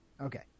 Okay